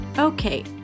Okay